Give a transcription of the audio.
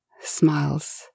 smiles